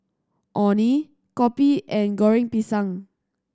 Orh Nee Kopi and Goreng Pisang